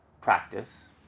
practice